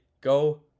go